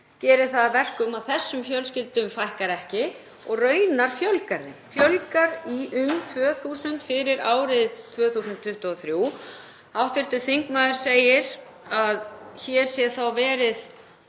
gerir það að verkum að þessum fjölskyldum fækkar ekki og raunar fjölgar þeim, fjölgar um 2.000 fyrir árið 2023. Hv. þingmaður segir að hér sé þá verið